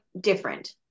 different